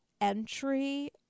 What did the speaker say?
entry